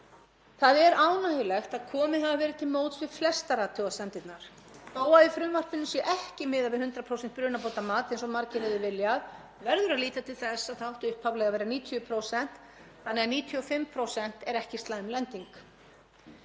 Það er ánægjulegt að komið hafi verið til móts við flestar athugasemdirnar. Þó að í frumvarpinu sé ekki miðað við 100% brunabótamat, eins og margir höfðu viljað, verður að líta til þess að það átti upphaflega að vera 90%, þannig að 95% er ekki slæm lending.